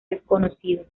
desconocidos